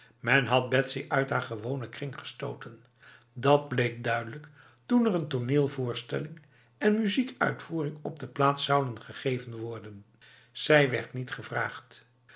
men had betsy uit haar gewone kring gestoten dat bleek duidelijk toen er een toneelvoorstelling en muziekuitvoering op de plaats zouden gegeven worden zij werd niet gevraagd